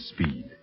Speed